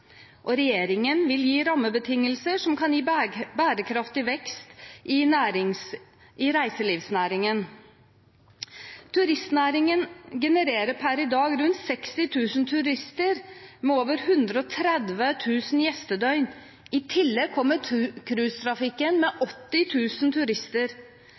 og regjeringen vil gi rammebetingelser som kan gi bærekraftig vekst i reiselivsnæringen. Turistnæringen genererer per i dag rundt 60 000 turister med over 130 000 gjestedøgn. I tillegg kommer cruisetrafikken med 80 000 turister.